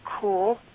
cool